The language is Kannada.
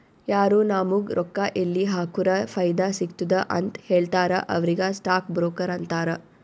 ಯಾರು ನಾಮುಗ್ ರೊಕ್ಕಾ ಎಲ್ಲಿ ಹಾಕುರ ಫೈದಾ ಸಿಗ್ತುದ ಅಂತ್ ಹೇಳ್ತಾರ ಅವ್ರಿಗ ಸ್ಟಾಕ್ ಬ್ರೋಕರ್ ಅಂತಾರ